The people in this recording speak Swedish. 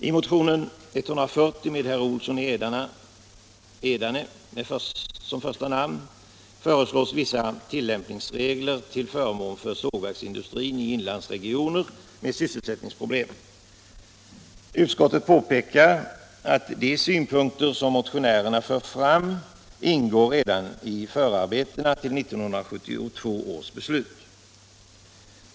I motionen 140 med herr Olsson i Edane som första namn föreslås vissa tillämpningsregler till förmån för sågverksindustrin i inlandsregioner med sysselsättningsproblem. Utskottet påpekar att de synpunkter som motionärerna för fram ingår redan i förarbetena till 1972 års beslut.